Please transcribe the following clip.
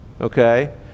okay